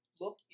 look